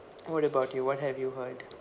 what about you what have you heard